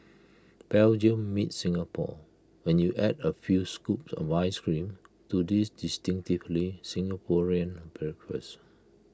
Belgium meets Singapore when you add A few scoops of Ice Cream to this distinctively Singaporean breakfast